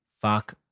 Fuck